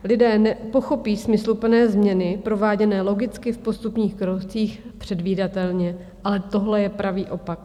Lidé pochopí smysluplné změny prováděné logicky v postupných krocích, předvídatelně, ale tohle je pravý opak.